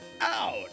out